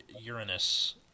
Uranus